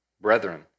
brethren